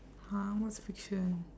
!huh! what's fiction